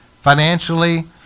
financially